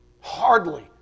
Hardly